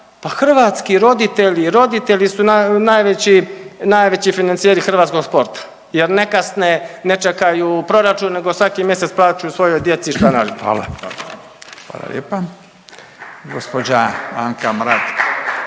roditelji, roditelji su najveći financijeri hrvatsko sporta jer ne kasne, ne čekaju proračun nego svaki mjesec plaćaju svojoj djeci članarinu. **Radin, Furio (Nezavisni)** Hvala lijepa. Gospođa Anka Mrak